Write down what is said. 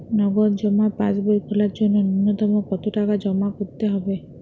নগদ জমা পাসবই খোলার জন্য নূন্যতম কতো টাকা জমা করতে হবে?